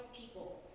people